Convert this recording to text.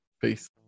Peace